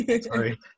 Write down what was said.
Sorry